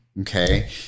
Okay